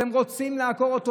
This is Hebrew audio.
אתם רוצים לעקור את,